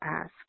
ask